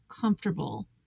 comfortable